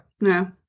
No